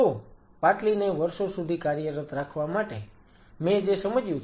તો પાટલીને વર્ષો સુધી કાર્યરત રાખવા માટે મેં જે સમજ્યું છે